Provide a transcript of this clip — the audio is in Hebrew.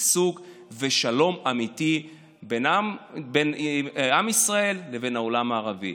שגשוג ושלום אמיתי בין עם ישראל לבין העולם הערבי.